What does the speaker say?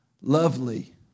lovely